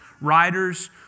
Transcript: writers